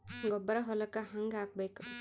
ಗೊಬ್ಬರ ಹೊಲಕ್ಕ ಹಂಗ್ ಹಾಕಬೇಕು?